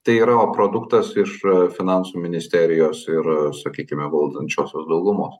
tai yra o produktas iš finansų ministerijos ir sakykime valdančiosios daugumos